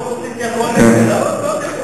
לא אמרתי אופוזיציה או קואליציה,